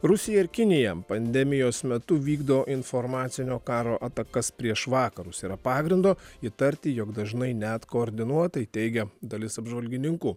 rusija ir kinija pandemijos metu vykdo informacinio karo atakas prieš vakarus yra pagrindo įtarti jog dažnai net koordinuotai teigia dalis apžvalgininkų